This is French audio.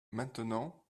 maintenant